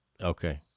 Okay